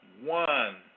one